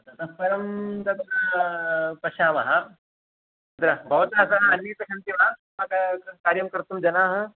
ततःपरं तत्र पश्यामः तत्र भवतः सः अन्ये सन्ति वा अस्माकं कार्यं कर्तुं जनाः